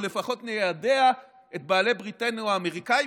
או לפחות ניידע את בעלי בריתנו האמריקאים,